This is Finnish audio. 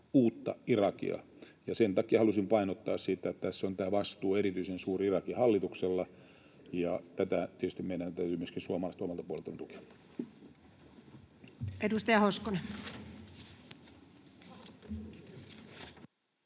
uutta Irakia, ja sen takia halusin painottaa sitä, että tässä on tämä vastuu erityisen suuri Irakin hallituksella. Tätä tietysti meidän suomalaisten täytyy myöskin omalta puoleltamme tukea. Edustaja Hoskonen.